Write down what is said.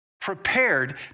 prepared